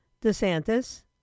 DeSantis